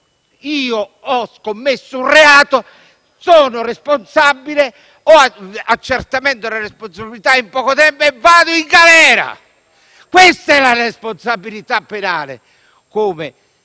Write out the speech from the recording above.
chi ha commesso un reato ed è responsabile se ne accerta la responsabilità in poco tempo e va in galera. Questa è la responsabilità penale.